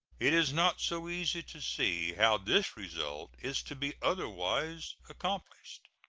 it is not so easy to see how this result is to be otherwise accomplished.